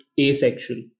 asexual